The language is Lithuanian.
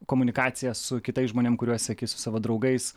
komunikaciją su kitais žmonėm kuriuos seki su savo draugais